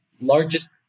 largest